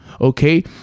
Okay